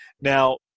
Now